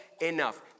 enough